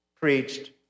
preached